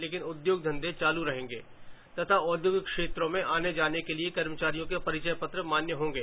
सभी उद्योग चालू रहेंगे तथा औद्योगिक क्षेत्रों में आने जाने के लिए कर्मचारियों के परिचय पत्र मान्य रहेंगे